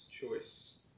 choice